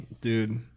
Dude